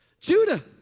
Judah